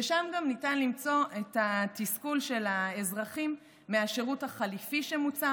ושם גם ניתן למצוא את התסכול של האזרחים מהשירות החליפי שמוצע,